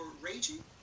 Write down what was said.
raging